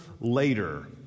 later